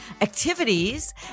activities